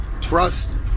trust